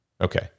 Okay